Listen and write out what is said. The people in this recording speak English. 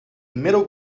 middle